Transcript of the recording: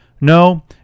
No